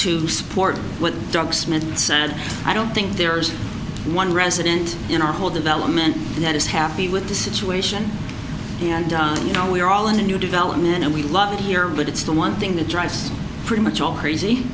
to support what doug smith said i don't think there's one resident in our whole development that is happy with the situation and you know we're all in a new development and we love it here but it's the one thing that drives pretty much all crazy